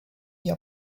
your